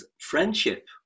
friendship